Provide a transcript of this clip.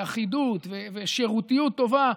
אחידות ושירותיות טובה,